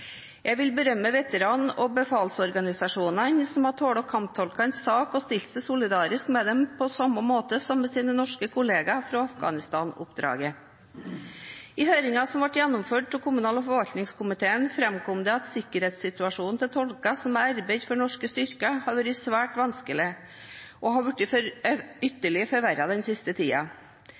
Jeg vil berømme veteran- og befalsorganisasjonene som har talt kamptolkenes sak og stilt seg solidarisk med dem på samme måte som med sine norske kolleger fra Afghanistan-oppdraget. I høringen som ble gjennomført av kommunal- og forvaltningskomiteen, framkom det at sikkerhetssituasjonen til tolker som har arbeidet for norske styrker, har vært svært vanskelig, og har blitt ytterligere forverret den siste